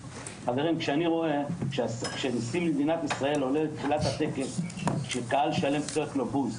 כשאני רואה שנשיא מדינת ישראל עולה לטקס וקהל שלם צועק לו בוז.